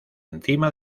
encima